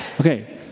Okay